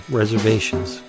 reservations